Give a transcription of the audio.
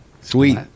Sweet